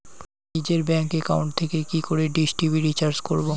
নিজের bank account থেকে কি করে ডিশ টি.ভি রিচার্জ করবো?